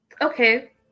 okay